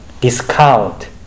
discount